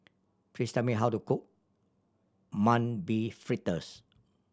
please tell me how to cook Mung Bean Fritters